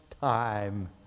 time